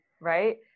right